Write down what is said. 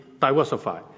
diversify